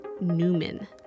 Newman